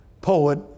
poet